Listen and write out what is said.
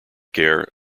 care